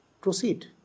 proceed